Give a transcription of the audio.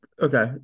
okay